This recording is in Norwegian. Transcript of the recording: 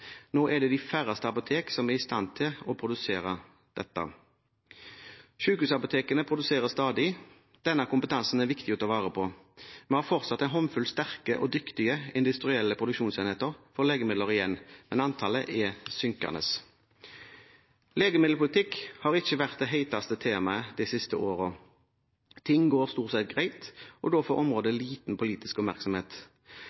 Nå er det de færreste apoteker som er i stand til å produsere dette. Sykehusapotekene produserer stadig. Denne kompetansen er viktig å ta vare på. Vi har fortsatt en håndfull sterke og dyktige industrielle produksjonsenheter for legemidler igjen, men antallet er synkende. Legemiddelpolitikk har ikke vært det heteste temaet de siste årene. Ting går stort sett greit, og da får